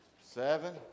seven